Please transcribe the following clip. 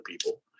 people